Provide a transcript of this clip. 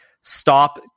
stop